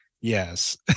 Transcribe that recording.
yes